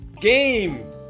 game